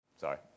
Sorry